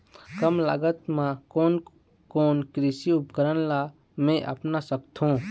कम लागत मा कोन कोन कृषि उपकरण ला मैं अपना सकथो?